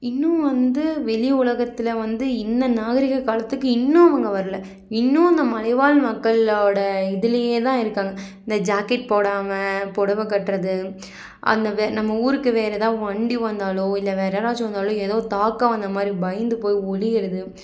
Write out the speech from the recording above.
இன்னும் வந்து வெளி உலகத்தில் வந்து இந்த நாகரீக காலத்துக்கு இன்னும் அவங்க வரல இன்னும் அந்த மலை வாழ் மக்களோடய இதிலேயே தான் இருக்காங்க இந்த ஜாக்கெட் போடாமல் புடவ கட்டுறது அந்த வே நம்ம ஊருக்கு வேறே எதாது வண்டி வந்தால் இல்லை வேறே யாராச்சும் வந்தால் எதோ தாக்க வந்த மாதிரி பயந்து போய் ஒளிகிறது